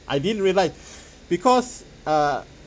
I didn't realise because uh